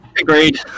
agreed